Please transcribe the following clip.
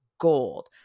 gold